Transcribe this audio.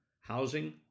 housing